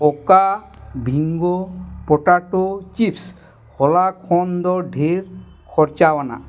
ᱚᱠᱟ ᱵᱤᱝᱜᱳ potato chips ᱦᱚᱞᱟ ᱠᱷᱚᱱ ᱫᱚ ᱰᱷᱮᱨ ᱠᱷᱚᱨᱪᱟ ᱟᱱᱟᱜ